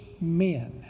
men